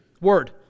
Word